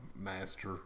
master